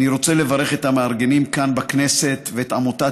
אני רוצה לברך את המארגנים כאן בכנסת ואת עמותת